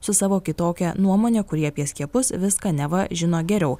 su savo kitokia nuomone kuri apie skiepus viską neva žino geriau